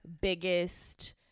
biggest